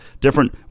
different